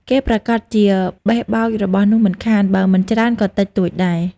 គេប្រាកដជាបេះបោចរបស់នោះមិនខាន បើមិនច្រើនក៏តិចតួចដែរ ។